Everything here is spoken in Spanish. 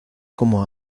como